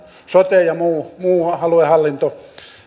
sote ja muu muu aluehallinto